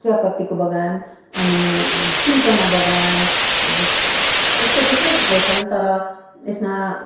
चियापत्तीको बगान अनि सिन्कोना बगान जस् यस्ता थुप्रै थुप्रै छन् तर यसमा